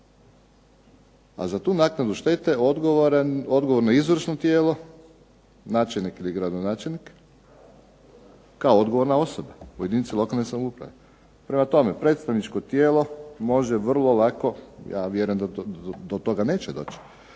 a za tu naknadu štete odgovorno je izvršno tijelo, načelnik ili gradonačelnik kao odgovorna osoba u jedinici lokalne samouprave. Prema tome, predstavničko tijelo može vrlo lako, ja vjerujem da do toga neće doći,